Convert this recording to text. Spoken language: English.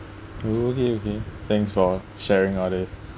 oh okay okay thanks for sharing all this